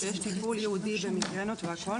שיש טיפול ייעודי במיגרנות והכל,